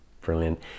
Brilliant